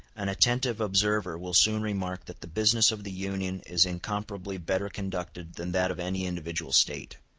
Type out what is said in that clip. an attentive observer will soon remark that the business of the union is incomparably better conducted than that of any individual state.